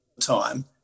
time